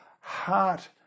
heart